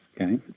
Okay